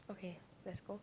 okay let's go